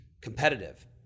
competitive